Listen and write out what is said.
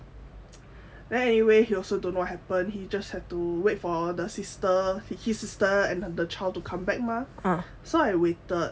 then anyway he also don't know what happen he just had to wait for the sister for his sister and the child to come back mah so I waited